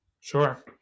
sure